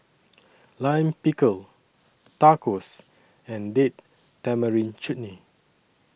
Lime Pickle Tacos and Date Tamarind Chutney